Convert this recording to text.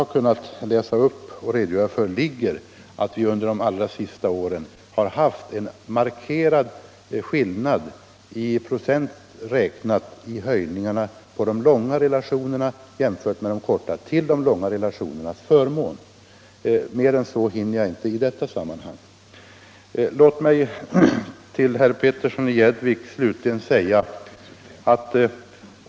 Jag kan emellertid nämna att vi under de allra senaste åren haft en markant skillnad i procent räknat när det gäller taxehöjningarna på de långa och de korta relationerna till de långa relationernas förmån. Mer än så hinner jag inte säga till herr Ångström i detta sammanhang.